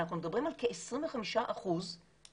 אנחנו מדברים על כ-25% סכרת.